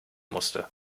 musste